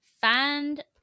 find